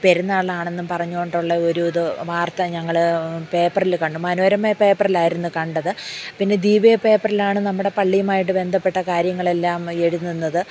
പെരുന്നാളാണെന്നും പറഞ്ഞുകൊണ്ടുള്ള ഒരു ഇത് വാർത്ത ഞങ്ങൾ പേപ്പറിൽ കണ്ടൂ മനോരമ പേപ്പറിലായിരുന്നു കണ്ടത് പിന്നെ ദീപിക പേപ്പറിലാണ് നമ്മുടെ പള്ളിയുമായിട്ട് ബന്ധപ്പെട്ട കാര്യങ്ങളെല്ലാം എഴുതുന്നത്